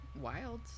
wild